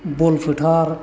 बल फोथार